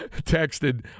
texted